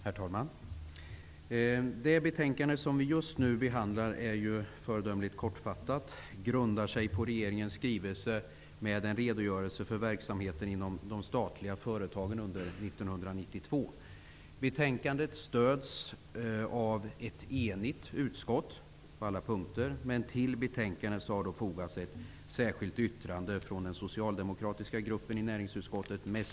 Herr talman! Det betänkande som vi just nu behandlar är föredömligt kortfattat. Det grundar sig på regeringens skrivelse med en redogörelse för verksamheten inom de statliga företagen under Betänkandet stöds på alla punkter av ett enigt utskott. Men till betänkandet har det fogats ett särskilt yttrande från den socialdemokratiska gruppen i näringsutskottet.